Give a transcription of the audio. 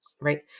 right